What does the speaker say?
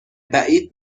بعید